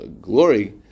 glory